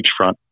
beachfront